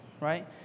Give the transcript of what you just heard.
right